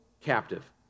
captive